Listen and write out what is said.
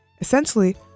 Essentially